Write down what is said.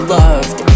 loved